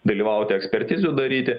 dalyvauti ekspertizių daryti